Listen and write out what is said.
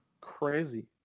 Crazy